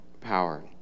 power